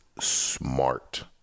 smart